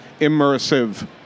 immersive